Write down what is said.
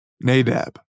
Nadab